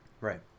Right